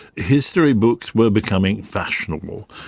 history books were becoming fashionable.